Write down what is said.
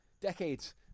Decades